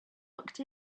looked